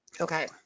okay